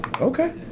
Okay